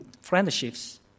friendships